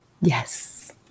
Yes